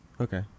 Okay